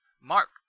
Mark